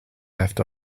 left